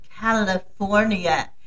California